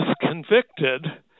convicted